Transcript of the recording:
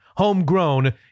Homegrown